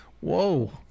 Whoa